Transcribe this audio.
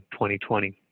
2020